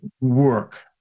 work